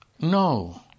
No